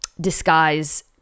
disguise